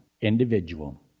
individual